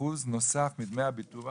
אחוז נוסף מדמי הביטוח,